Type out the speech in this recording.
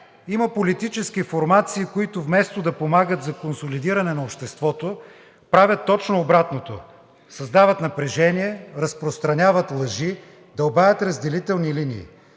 има политически формации, които, вместо да помагат за консолидиране на обществото, правят точно обратното – създават напрежение, разпространяват лъжи, дълбаят разделителни линии.